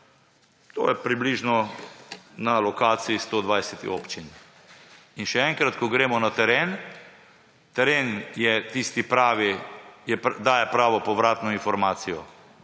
To je približno na lokaciji 120 občin. In še enkrat, ko gremo na teren, je teren tisti pravi, daje pravo povratno informacijo.